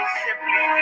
simply